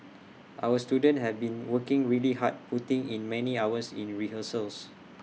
our students have been working really hard putting in many hours in rehearsals